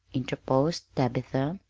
interposed tabitha,